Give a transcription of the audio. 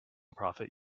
profit